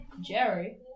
Jerry